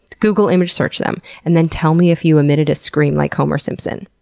google image search them and then tell me if you emitted a scream like homer simpson,